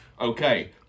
okay